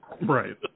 Right